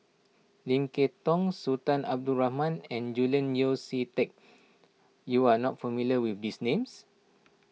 Lim Kay Tong Sultan Abdul Rahman and Julian Yeo See Teck you are not familiar with these names